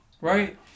Right